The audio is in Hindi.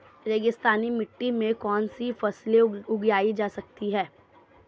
रेगिस्तानी मिट्टी में कौनसी फसलें उगाई जा सकती हैं?